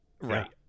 right